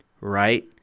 Right